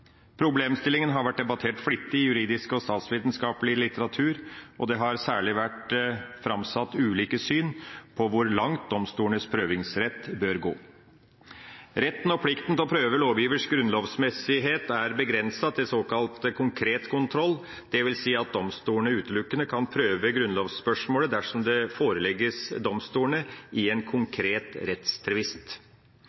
har vært debattert flittig i juridisk og statsvitenskapelig litteratur, og det har særlig vært framsatt ulike syn på hvor langt domstolenes prøvingsrett bør gå. Retten og plikten til å prøve lovers grunnlovmessighet er begrenset til såkalt konkret kontroll, dvs. at domstolene utelukkende kan prøve grunnlovsspørsmålet dersom det forelegges domstolene i en konkret